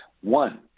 One